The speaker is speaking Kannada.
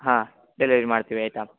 ಹಾಂ ಡೆಲಿವರಿ ಮಾಡ್ತೀವಿ ಆಯಿತಾ